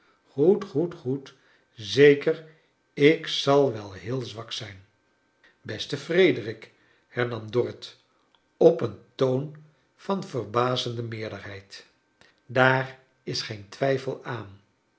goed goed zeker ik zal wel heel zwak zijn beste frederik hernam dorrit op een toon van verbazende meerderheid daar is geen twijfel aan